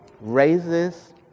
raises